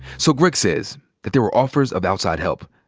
so greg says that there were offers of outside help,